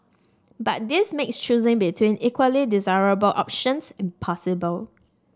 but this makes choosing between equally desirable options impossible